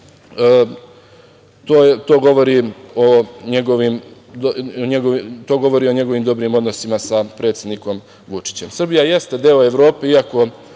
to govori o njegovim dobrim odnosima sa predsednikom Vučićem. Srbija jeste deo Evrope, iako